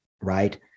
right